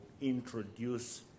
introduce